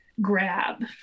grab